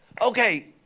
Okay